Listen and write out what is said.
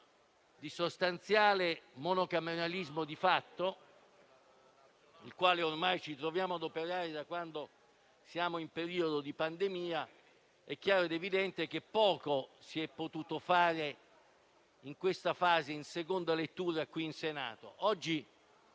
di sostanziale monocameralismo di fatto, nel quale ormai ci troviamo ad operare da quando siamo in periodo di pandemia. È chiaro ed evidente che poco si è potuto fare in questa fase, in seconda lettura, in Senato.